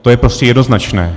To je prostě jednoznačné.